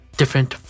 different